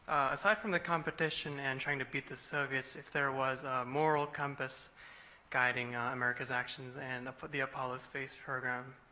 aside from the competition and trying to beat the soviets, if there was a moral compass guiding america's actions and in the apollo space program?